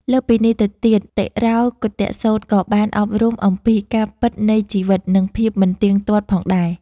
លើសពីនេះទៅទៀត តិរោកុឌ្ឍសូត្រក៏បានអប់រំអំពីការពិតនៃជីវិត និងភាពមិនទៀងទាត់ផងដែរ។